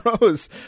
Rose